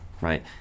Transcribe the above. right